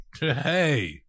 Hey